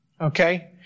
okay